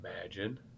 imagine